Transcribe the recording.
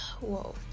whoa